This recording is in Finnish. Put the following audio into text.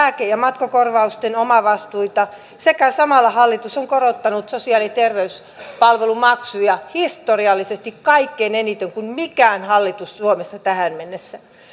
nyt hallitus korottaa lääke ja matkakorvausten omavastuita sekä samalla hallitus on korottanut sosiaali ja terveyspalvelumaksuja historiallisesti kaikkein eniten enemmän kuin mikään hallitus suomessa tähän mennessä